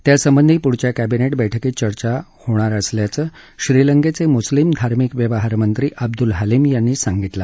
त्यासंबंधी पुढच्या कॅबिनेट बैठकीत चर्चा होणार असल्याचं श्रीलंकेचे मुस्लिम धार्मिक व्यवहार मंत्री अब्दूल हलीम यांनी सांगितलं